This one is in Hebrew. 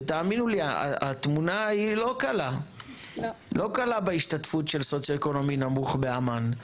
ותאמינו לי התמונה היא לא קלה בהשתתפות של סוציואקונומי נמוך באמ"ן.